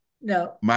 no